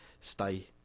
stay